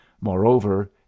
moreover